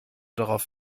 darauf